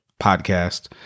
podcast